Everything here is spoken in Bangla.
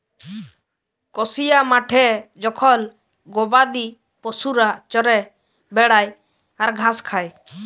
কসিয়া মাঠে জখল গবাদি পশুরা চরে বেড়ায় আর ঘাস খায়